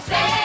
Say